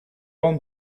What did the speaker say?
вам